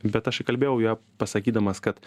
bet aš įkalbėjau ją pasakydamas kad